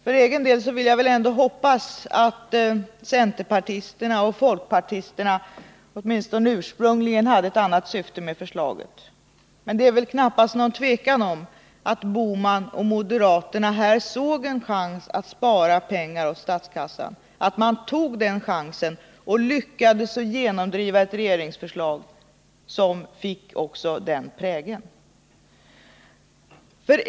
För egen del vill jag ändå hoppas att centerpartisterna och folkpartisterna åtminstone ursprungligen hade ett annat syfte med förslaget. Men det är väl knappast något tvivel om att Gösta Bohman och moderaterna här såg en chans att spara pengar åt statskassan. Man tog den chansen och lyckades genomdriva ett regeringsförslag som fick den prägeln.